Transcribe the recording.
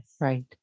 Right